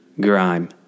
grime